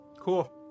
Cool